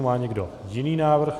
Má někdo jiný návrh?